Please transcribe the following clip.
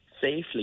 safely